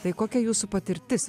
tai kokia jūsų patirtis